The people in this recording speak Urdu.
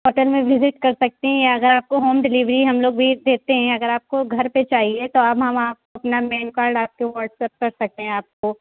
ہوٹل میں وزٹ کر سکتے ہیں اگر آپ کو ہوم ڈیلیوری ہم لوگ بھی دیتے ہیں اگر آپ کو گھر پہ چاہیے تو آپ ہماں اپنا مینو کارڈ آپ کے واٹس اپ کر سکتے ہیں آپ کو